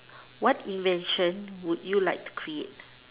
what invention would you like to create